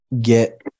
get